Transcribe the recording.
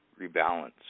rebalance